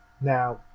Now